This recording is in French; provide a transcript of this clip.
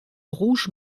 rouge